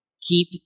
Keep